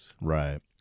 Right